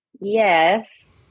Yes